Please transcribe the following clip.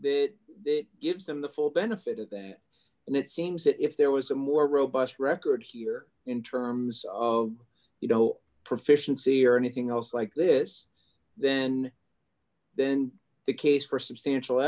record that gives them the full benefit of that and it seems that if there was a more robust record here in terms of you know proficiency or anything else like this then then the case for substantial